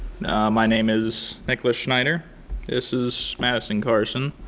my name is nicholas schneider this is madison carson.